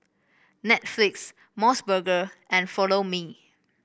Netflix MOS burger and Follow Me